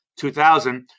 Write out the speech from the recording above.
2000